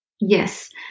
Yes